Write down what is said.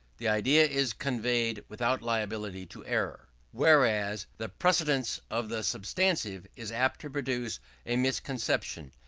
the idea is conveyed without liability to error, whereas the precedence of the substantive is apt to produce a misconception,